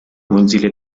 mozilla